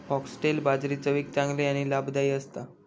foxtail बाजरी चवीक चांगली आणि लाभदायी असता